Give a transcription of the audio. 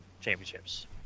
championships